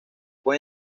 fue